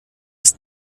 ist